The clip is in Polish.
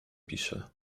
pisze